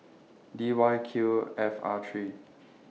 D Y Q F R three